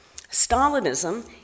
Stalinism